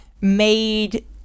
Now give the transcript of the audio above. made